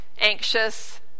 anxious